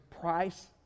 price